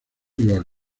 your